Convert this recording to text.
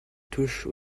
touchent